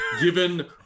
given